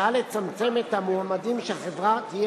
ההצעה לצמצם את המועמדים שהחברה תהיה